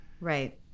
Right